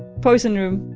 poison room,